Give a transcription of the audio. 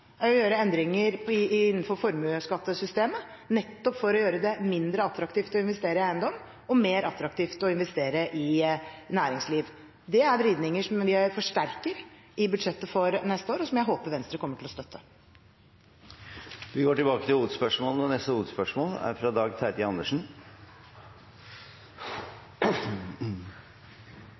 gjøre endringer innenfor formueskattesystemet, nettopp for å gjøre det mindre attraktivt å investere i eiendom og mer attraktivt å investere i næringsliv. Det er vridninger vi forsterker i budsjettet for neste år, og som jeg håper Venstre vil komme til å støtte. Vi går til neste hovedspørsmål. Mitt spørsmål går til arbeids- og